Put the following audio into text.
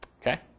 Okay